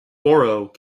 borough